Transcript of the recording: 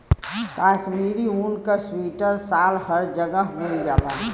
कशमीरी ऊन क सीवटर साल हर जगह मिल जाला